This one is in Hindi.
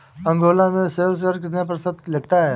अंगोला में सेल्स कर कितना प्रतिशत तक लगता है?